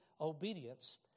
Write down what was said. obedience